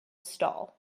stall